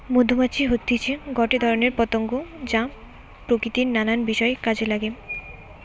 মধুমাছি হতিছে গটে ধরণের পতঙ্গ যা প্রকৃতির নানা বিষয় কাজে নাগে